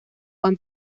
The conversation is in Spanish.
juan